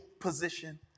position